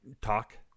talk